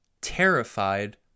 terrified